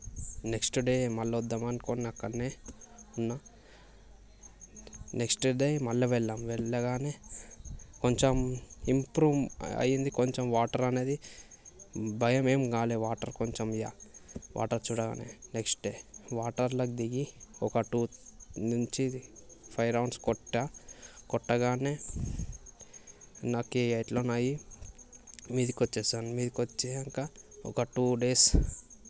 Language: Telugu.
నెక్స్ట్ డే మళ్ళీ వద్దాము అనుకొని అక్కడే ఉన్న నెక్స్ట్ డే మళ్ళీ వెళ్ళాము వెళ్ళగానే కొంచెం ఇంప్రూవ్ అయింది కొంచెం వాటర్ అనేది భయమేమి కాలే వాటర్ కొంచెం ఇక వాటర్ చూడగానే నెక్స్ట్ డే వాటర్లోకి దిగి ఒక టు నుంచి ఫైవ్ రౌండ్స్ కొట్టా కొట్టగానే నాకు ఎలానో అయి మీదికి వచ్చేసాను మీదికి వచ్చాక ఒక టు డేస్